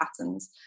patterns